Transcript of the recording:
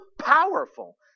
powerful